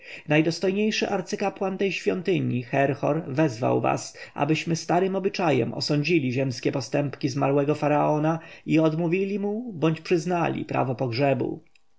najdostojniejszy arcykapłan tej świątyni herhor wezwał was abyśmy starym obyczajem osądzili ziemskie postępki zmarłego faraona i odmówili mu lub przyznali prawo pogrzebu